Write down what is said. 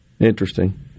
Interesting